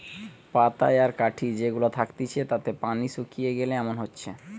পাতায় আর কাঠি যে গুলা থাকতিছে তাতে পানি শুকিয়ে গিলে এমন হচ্ছে